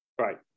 Right